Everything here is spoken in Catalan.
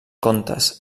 contes